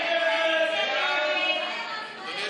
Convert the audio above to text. אדוני היושב-ראש,